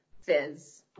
Fizz